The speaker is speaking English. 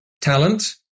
talent